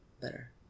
better